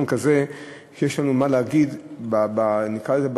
ויש לנו מה להגיד באסון כזה,